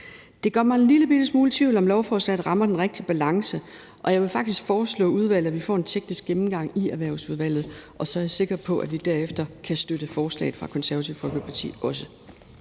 Det gør mig en lillebitte smule i tvivl om, hvorvidt lovforslaget rammer den rigtige balance, og jeg vil faktisk foreslå udvalget, at vi får en teknisk gennemgang i Erhvervsudvalget, og så er jeg sikker på, at vi derefter fra Det Konservative Folkepartis